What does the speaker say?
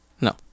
No